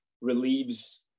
relieves